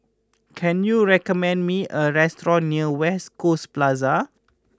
can you recommend me a restaurant near West Coast Plaza